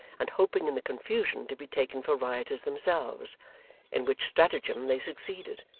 and hoping in the confusion to be taken for rioters themselves in which stratagem they succeeded,